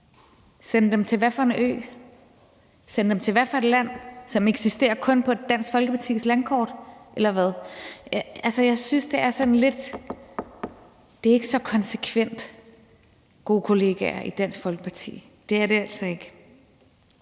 sende dem til hvad for en ø eller hvad for et land, som kun eksisterer på Dansk Folkepartis landkort, eller hvad? Altså, jeg synes ikke, det er så konsekvent, vil jeg sige til de gode kollegaer i Dansk Folkeparti. Det er det altså ikke.